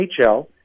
NHL